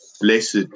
Blessed